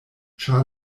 ĉar